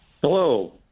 Hello